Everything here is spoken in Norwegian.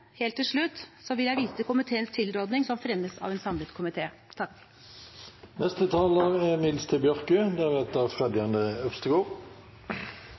Helt til slutt vil jeg vise til komiteens tilråding, som fremmes av en samlet komité. Dette er